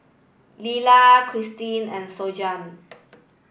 Lella Cristine and Sonja